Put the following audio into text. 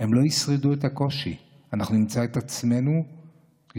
הם לא ישרדו את הקושי, ואנחנו נמצא את עצמנו לבד.